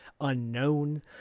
unknown